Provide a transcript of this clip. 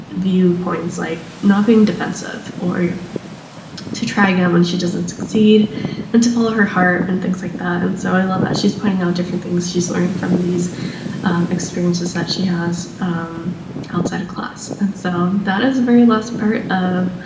viewpoints like not being defensive or to try again when she doesn't succeed and to follow her heart and things like that. and so i love that she's pointing out different things. she's learning from these experiences that she has outside of class and so that is a very last part of